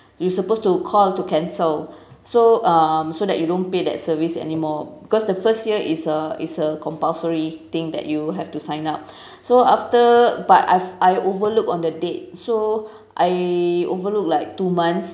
you supposed to call to cancel so um so that you don't pay that service anymore because the first year is a is a compulsory thing that you have to sign up so after but I've I overlook on the date so I overlooked like two months